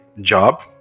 job